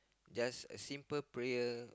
just a simple prayer